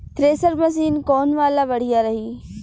Thresher machine कौन वाला बढ़िया रही?